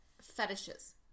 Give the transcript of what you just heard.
fetishes